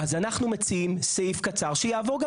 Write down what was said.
אז אנחנו מציעים סעיף קצר שיעבור גם